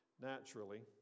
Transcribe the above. naturally